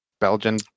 Belgian